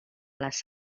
las